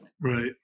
Right